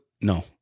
no